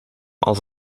als